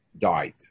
died